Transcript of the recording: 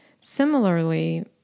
Similarly